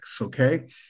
Okay